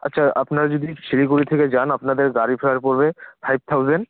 আচ্ছা আপনারা যদি শিলিগুড়ি থেকে যান আপনাদের গাড়ি ফেয়ার পড়বে ফাইভ থাউজেন্ড